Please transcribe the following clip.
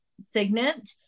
signet